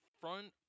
front